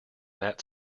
that